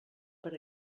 per